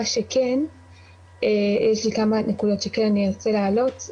מה שכן יש לי כמה נקודות שכן אני ארצה להעלות,